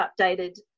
updated